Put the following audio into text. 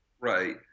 Right